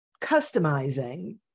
customizing